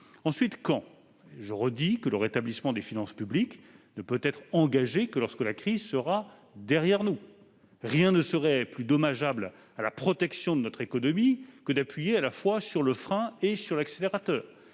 sur le « quand », je redis que le rétablissement des finances publiques ne pourra être engagé que lorsque la crise sera derrière nous. Rien ne serait plus dommageable à la protection de notre économie que d'appuyer à la fois sur le frein et sur l'accélérateur.